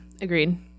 agreed